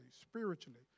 spiritually